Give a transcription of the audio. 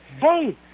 hey